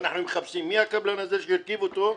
ואנחנו מחפשים מי הקבלן הזה שהרכיב אותו,